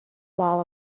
wall